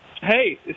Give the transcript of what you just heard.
Hey